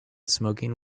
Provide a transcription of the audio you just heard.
smoking